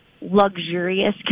luxurious